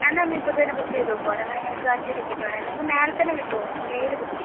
എന്നാൽ ഒന്ന് ഇപ്പം തന്നെ ബുക്ക് ചെയ്ത് വയ്ക്കുവോ അത് അങ്ങനെ ഞങ്ങൾക്ക് അഞ്ച് ടിക്കറ്റ് വേണമായിരുന്നു മേലെ തന്നെ കിട്ടുവോ എയിൽ കിട്ടുവോ